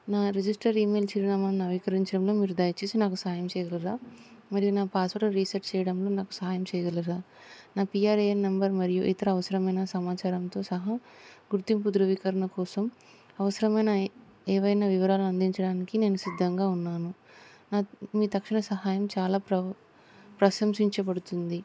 నా register email చిరునామాను నవీకరించడంలో మీరు దయచేసి నాకు సహాయం చేయగలరా మరియు నా పాస్వర్డ్ రీసెట్ చేయడంలో నాకు సాహయం చేయగలరా నా P R A N number మరియు ఇతర అవసరమైన సమాచారంతో సహా గుర్తింపు దృవీకరణ కోసం అవసరమైన ఏవైనా వివరాలు అందించడానికి నేను సిద్ధంగా ఉన్నాను మీ తక్షణ సహాయం చాలా ప్రశంసించబడుతుంది